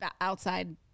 outside